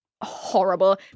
Horrible